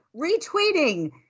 Retweeting